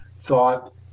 thought